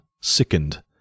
sickened